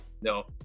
no